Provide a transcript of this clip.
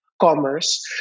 commerce